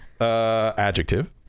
Adjective